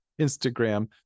Instagram